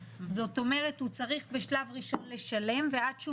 זאת אומרת הוא צריך בשלב ראשון לשלם ועד שהוא